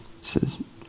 says